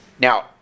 Now